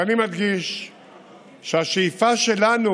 ואני מדגיש שהשאיפה שלנו